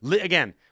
again